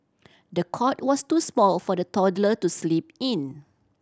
the cot was too small for the toddler to sleep in